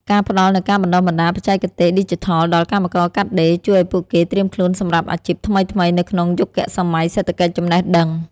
ការផ្តល់នូវការបណ្តុះបណ្តាលបច្ចេកទេសឌីជីថលដល់កម្មករកាត់ដេរ ជួយឱ្យពួកគេត្រៀមខ្លួនសម្រាប់អាជីពថ្មីៗនៅក្នុងយុគសម័យសេដ្ឋកិច្ចចំណេះដឹង។